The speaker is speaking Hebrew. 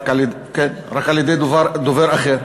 רק על-ידי דובר אחר.